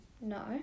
No